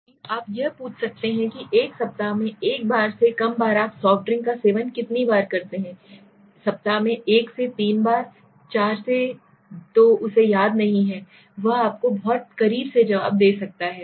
बल्कि आप यह पूछ सकते हैं कि एक सप्ताह में एक बार से कम बार आप सॉफ्ट ड्रिंक का सेवन कितनी बार करते हैं सप्ताह में 1 से 3 बार 4 से तो उसे याद नहीं है वह आपको बहुत करीब से जवाब दे सकता है